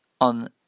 on